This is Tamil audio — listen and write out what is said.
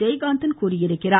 ஜெயகாந்தன் தெரிவித்துள்ளார்